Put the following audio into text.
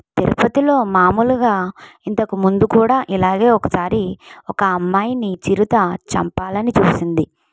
తిరుపతిలో మామూలుగా ఇంతకు ముందు కూడా ఇలాగే ఒకసారి ఒక అమ్మాయిని చిరుత చంపాలని చూసింది